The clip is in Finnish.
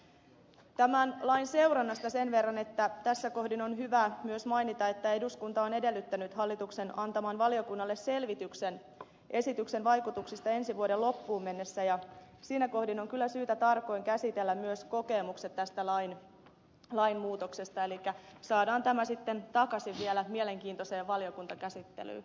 tämän lain seurannasta sen verran että tässä kohdin on hyvä myös mainita että eduskunta on edellyttänyt hallituksen antavan valiokunnalle selvityksen esityksen vaikutuksista ensi vuoden loppuun mennessä ja siinä kohdin on kyllä syytä tarkoin käsitellä myös kokemukset tästä lainmuutoksesta elikkä saadaan tämä sitten takaisin vielä mielenkiintoiseen valiokuntakäsittelyyn